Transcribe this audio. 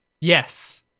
yes